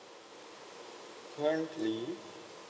currently